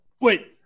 wait